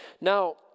Now